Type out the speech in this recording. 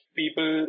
people